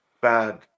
bad